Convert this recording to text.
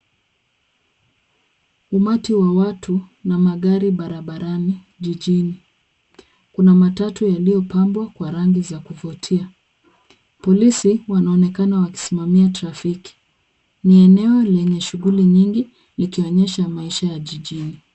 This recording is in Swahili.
Umati wa watu na magari barabarani jijini. Kuna matatu yaliyopambwa kwa rangi za kuvutia .Polisi wanaonekana wakisimamia trafiki ,ni eneo lenye shughuli nyingi likionyesha maisha ya jijini.